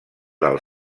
del